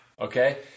Okay